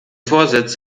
vorsitz